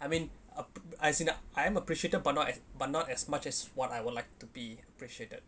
I mean up as in uh I am appreciated but not as but not as much as what I would like to be appreciated